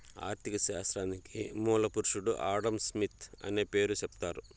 ఆర్ధిక శాస్త్రానికి మూల పురుషుడు ఆడంస్మిత్ అనే పేరు సెప్తారు